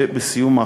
ובסיום,